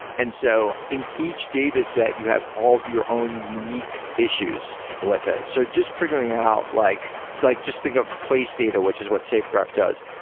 and so in each dataset, you have all of your own unique issues with it. so just figuring out, like like just think of place data, which is what safegraph does.